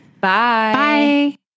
Bye